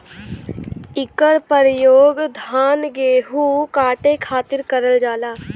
इकर परयोग धान गेहू काटे खातिर करल जाला